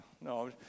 no